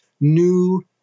new